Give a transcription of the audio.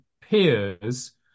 peers